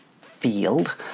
field